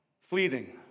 fleeting